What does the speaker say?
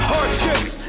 Hardships